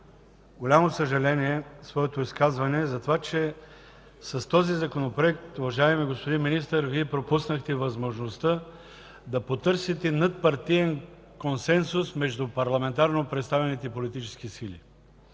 голямо съжаление своето изказване за това, че с този Законопроект, уважаеми господин Министър, Вие пропуснахте възможността да потърсите надпартиен консенсус между парламентарно представените политически сили.